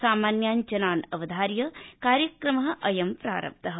समान्यान् जनान् अवधार्य कार्यक्रमः प्रारब्धः